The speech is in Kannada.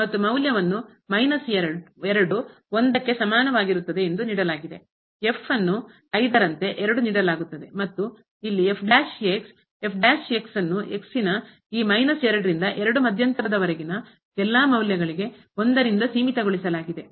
ಮತ್ತು ಮೌಲ್ಯವನ್ನು ಕ್ಕೆ ಸಮಾನವಾಗಿರುತ್ತದೆ ಎಂದು ನೀಡಲಾಗಿದೆ 5 ರಂತೆ ನೀಡಲಾಗುತ್ತದೆ ಮತ್ತು ಇಲ್ಲಿ ಅನ್ನು ಈ ರಿಂದ ಮಧ್ಯಂತರರವರೆಗಿನ ಎಲ್ಲಾ ಮೌಲ್ಯಗಳಿಗೆ ಸೀಮಿತಗೊಳಿಸಲಾಗಿದೆ